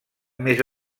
més